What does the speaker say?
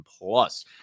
plus